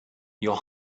your